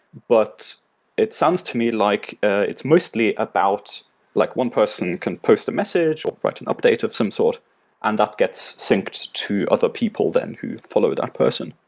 but it sounds to me like it's mostly about like one person can post a message or but and update of some sort and that gets synced to other people then who follow that person.